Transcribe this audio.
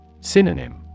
Synonym